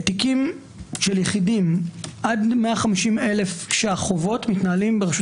תיקים של יחידים עד 150,000 ₪ חובות מתנהלים ברשות